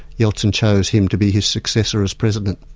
yeltsin chose him to be his successor as president.